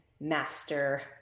master